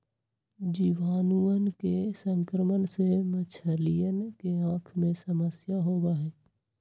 जीवाणुअन के संक्रमण से मछलियन के आँख में समस्या होबा हई